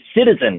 citizen